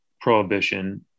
prohibition